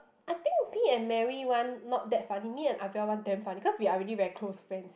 I think me and Mary one not that funny me and Ah Val one damn funny cause we are really very close friends